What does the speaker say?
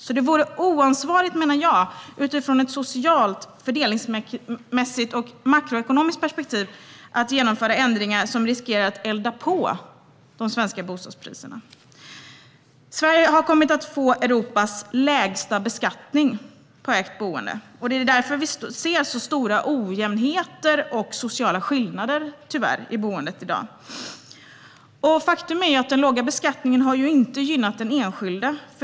Enligt min mening vore det oansvarigt utifrån ett socialt, fördelningsmässigt och makroekonomiskt perspektiv att genomföra ändringar som riskerar att elda på de svenska bostadspriserna. Sverige har kommit att få Europas lägsta beskattning på ägt boende. Det är därför som vi ser så stora ojämnheter och sociala skillnader i dagens boende. Faktum är att den låga beskattningen inte har gynnat den enskilde.